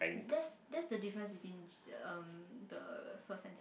that's that's the difference between erm the first and